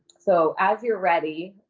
so, as you are ready,